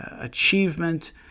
achievement